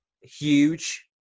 huge